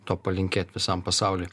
to palinkėt visam pasauliui